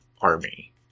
Army